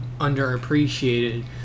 underappreciated